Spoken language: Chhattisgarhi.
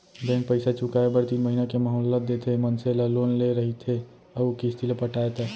बेंक पइसा चुकाए बर तीन महिना के मोहलत देथे मनसे ला लोन ले रहिथे अउ किस्ती ल पटाय ता